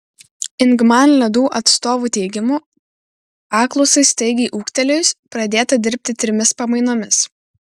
ingman ledų atstovų teigimu paklausai staigiai ūgtelėjus pradėta dirbti trimis pamainomis